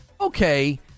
Okay